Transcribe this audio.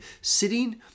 sitting